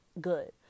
good